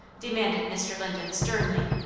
demanded mr. linden, sternly.